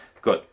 Good